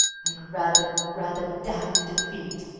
i'd rather, rather damned defeat,